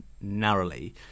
narrowly